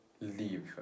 leave